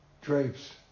drapes